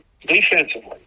Defensively